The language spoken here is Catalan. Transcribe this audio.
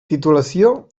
titulació